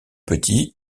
petit